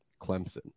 Clemson